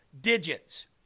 digits